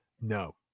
No